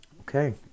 okay